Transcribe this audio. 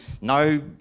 no